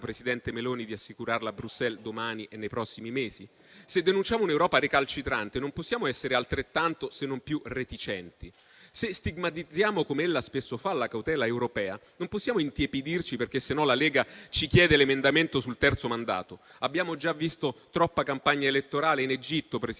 presidente Meloni, di assicurarla a Bruxelles domani e nei prossimi mesi? Se denunciamo un'Europa recalcitrante, non possiamo essere altrettanto - se non più - reticenti. Se stigmatizziamo, come ella spesso fa, la cautela europea, non possiamo intiepidirci perché sennò la Lega ci chiede l'emendamento sul terzo mandato. Abbiamo già visto troppa campagna elettorale in Egitto, Presidente,